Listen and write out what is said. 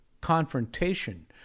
confrontation